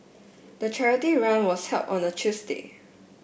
the charity run was held on a Tuesday